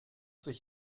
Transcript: sich